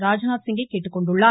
ராஜ்நாத் சிங்கை கேட்டுக்கொண்டுள்ளார்